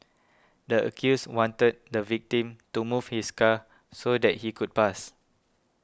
the accused wanted the victim to move his car so that she could pass